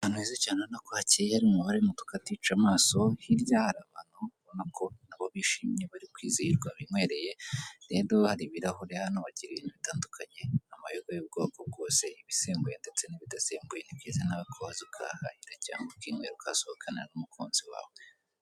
Aho bacururiza amata hari icyuma babikamo amata, amagi abiri ateretse ku meza igikarito cy'amazi ya nili giteretse kuri kontwari mo imbere muri etajeri harimo amajerekani atatu y'umweru.